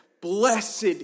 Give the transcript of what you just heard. Blessed